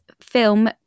film